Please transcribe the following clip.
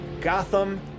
gotham